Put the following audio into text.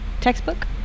Textbook